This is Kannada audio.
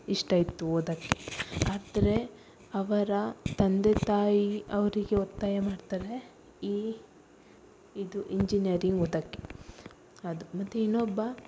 ಇಷ್ಟ ಇತ್ತು ಓದೋಕ್ಕೆ ಆದರೆ ಅವರ ತಂದೆ ತಾಯಿ ಅವರಿಗೆ ಒತ್ತಾಯ ಮಾಡ್ತಾರೆ ಈ ಇದು ಇಂಜಿನಿಯರಿಂಗ್ ಓದೋಕ್ಕೆ ಅದು ಮತ್ತು ಇನ್ನೊಬ್ಬ